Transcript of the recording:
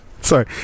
Sorry